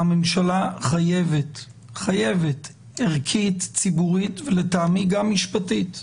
הממשלה חייבת ערכית, ציבורית, לטעמי גם משפטית,